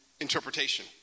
interpretation